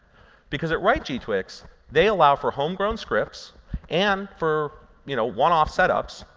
because at right g-twix they allow for homegrown scripts and for you know one-off setups,